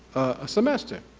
a semester.